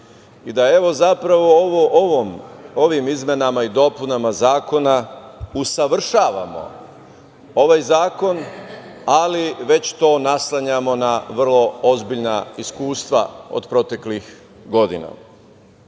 i da zapravo ovim izmenama i dopunama zakona usavršavamo ovaj zakon, ali već to naslanjamo na vrlo ozbiljna iskustva od proteklih godina. Sama